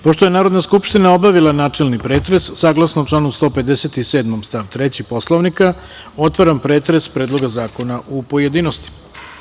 Pošto je Narodna skupština obavila načelni pretres, saglasno članu 157. stav 3. Poslovnika, otvaram pretres Predloga zakona u pojedinostima.